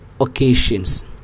occasions